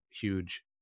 huge